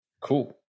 Cool